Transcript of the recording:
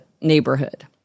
neighborhood